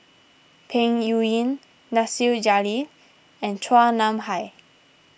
Peng Yuyun Nasir Jalil and Chua Nam Hai